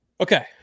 Okay